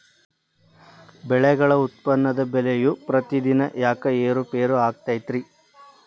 ಬೆಳೆಗಳ ಉತ್ಪನ್ನದ ಬೆಲೆಯು ಪ್ರತಿದಿನ ಯಾಕ ಏರು ಪೇರು ಆಗುತ್ತೈತರೇ?